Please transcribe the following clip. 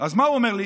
אז מה הוא אומר לי?